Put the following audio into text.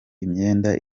imyenda